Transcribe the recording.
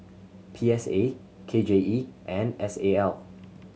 P S A K J E and S A L